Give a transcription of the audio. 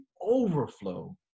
overflow